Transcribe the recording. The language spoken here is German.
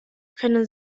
können